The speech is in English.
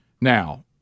Now